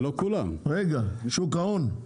רשות שוק ההון,